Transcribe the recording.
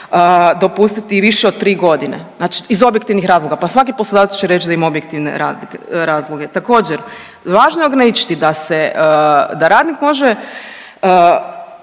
dopustiti i više od tri godine iz objektivnih razloga. Pa svaki poslodavac će reći da ima objektivne razloge. Također, važno je ograničiti da radnik može